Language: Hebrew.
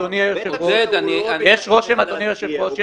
אדוני היושב-ראש,